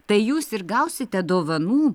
tai jūs ir gausite dovanų